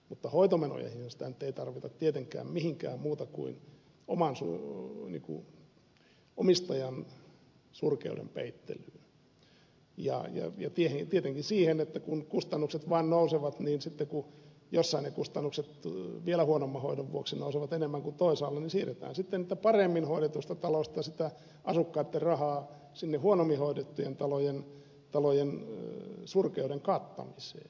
mutta hoitomenoihin ei sitä nyt tarvita tietenkään mihinkään muuhun kuin omistajan surkeuden peittelyyn ja tietenkin siihen että kun kustannukset vain nousevat niin sitten kun jossain ne kustannukset vielä huonomman hoidon vuoksi nousevat enemmän kuin toisaalla niin siirretään sitten niistä paremmin hoidetuista taloista sitä asukkaitten rahaa sinne huonommin hoidettujen talojen surkeuden kattamiseen